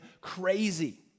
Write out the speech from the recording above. crazy